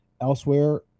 elsewhere